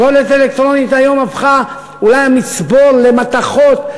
פסולת אלקטרונית היום הפכה אולי המצבור למתכות,